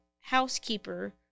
housekeeper